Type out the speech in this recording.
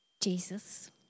Jesus